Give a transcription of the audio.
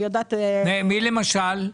מי למשל?